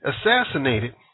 assassinated